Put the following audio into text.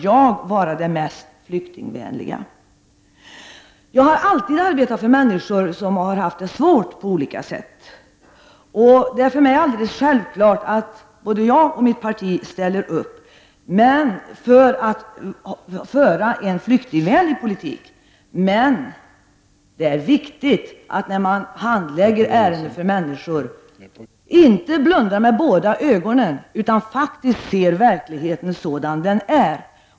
Jag har alltid arbetat för människor som har det svårt på olika sätt, och det är för mig självklart att både jag och mitt parti ställer upp för en flyktingvänlig politik, men det är viktigt att man när man handlägger flyktingärenden inte blundar med båda ögonen utan ser verkligheten sådan den är.